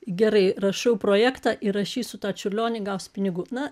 gerai rašau projektą įrašysiu tą čiurlionį gausiu pinigų na